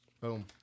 Boom